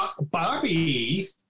Bobby